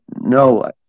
no